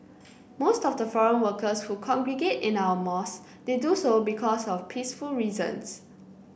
most of the foreign workers who congregate in our mouse they do so because of peaceful reasons